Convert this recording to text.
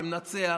שמנצח,